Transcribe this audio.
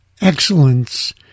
excellence